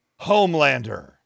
Homelander